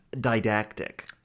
didactic